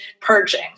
purging